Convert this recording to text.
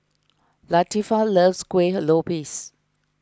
Latifah loves Kueh Lopes